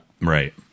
Right